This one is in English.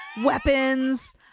weapons